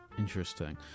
Interesting